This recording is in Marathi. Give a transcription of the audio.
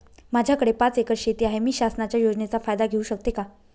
माझ्याकडे पाच एकर शेती आहे, मी शासनाच्या योजनेचा फायदा घेऊ शकते का?